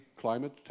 climate